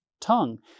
tongue